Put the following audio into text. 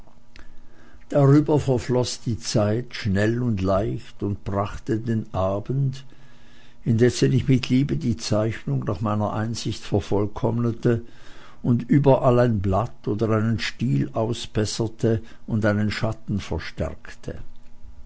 darüber verfloß die zeit schnell und leicht und brachte den abend indessen ich mit liebe die zeichnung nach meiner einsicht vervollkommnete und überall ein blatt oder einen stiel ausbesserte und einen schatten verstärkte